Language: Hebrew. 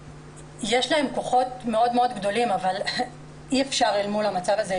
יש להן כוחות מאוד גדולים אבל אי-אפשר אל מול המצב הזה.